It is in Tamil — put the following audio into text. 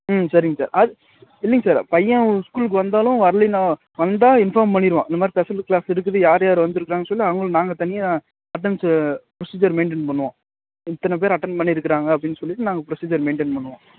ம் சரிங்க சார் அது இல்லைங்க சார் பையன் ஸ்கூலுக்கு வந்தாலும் வர்லன்னா வந்தா இன்ஃபார்ம் பண்ணிவிடுவோம் இந்த மாதிரி ஸ்பெஷல் கிளாஸ் இருக்குது யார் யார் வந்துருக்காங்கன்னு சொல்லி அவங்கள நாங்கள் தனியாக அட்டெனன்ஸ புரொஸிஜர் மெயின்டென் பண்ணுவோம் இத்தனை பேர் அட்டென்ட் பண்ணியிருக்கிறாங்க அப்படின்னு சொல்லிட்டு நாங்கள் புரொஸிஜர் மெயின்டென் பண்ணுவோம்